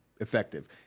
effective